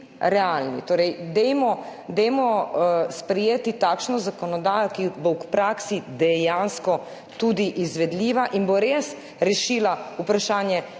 Torej dajmo sprejeti takšno zakonodajo, ki bo v praksi dejansko tudi izvedljiva in bo res rešila vprašanje,